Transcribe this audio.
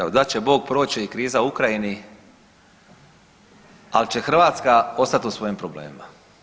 Evo, dat će Bog, proći će i kriza u Ukrajini, ali će Hrvatska ostati u svojim problemima.